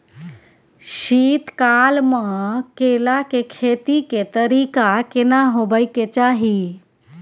शीत काल म केला के खेती के तरीका केना होबय के चाही?